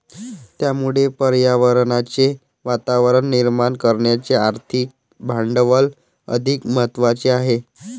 त्यामुळे पर्यावरणाचे वातावरण निर्माण करण्याचे आर्थिक भांडवल अधिक महत्त्वाचे आहे